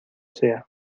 sea